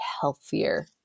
healthier